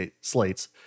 slates